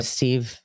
Steve